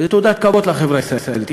שזאת תעודת כבוד לחברה הישראלית.